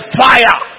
fire